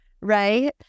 right